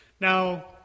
Now